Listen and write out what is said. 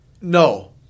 No